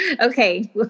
Okay